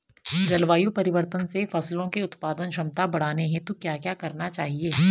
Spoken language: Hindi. जलवायु परिवर्तन से फसलों की उत्पादन क्षमता बढ़ाने हेतु क्या क्या करना चाहिए?